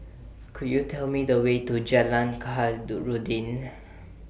Could YOU Tell Me The Way to Jalan Khairuddin